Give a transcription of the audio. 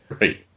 Right